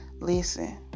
Listen